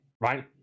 right